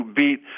beat